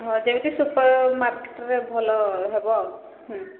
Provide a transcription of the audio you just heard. ହଁ ଯେମିତି ସୁପର ମାର୍କେଟରେ ଭଲ ହେବ ଆଉ ହୁଁ